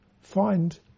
find